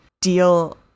deal